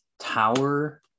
Tower